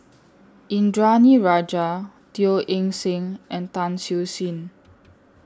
Indranee Rajah Teo Eng Seng and Tan Siew Sin